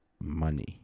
money